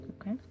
okay